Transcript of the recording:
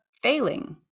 failing